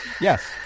Yes